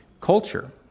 culture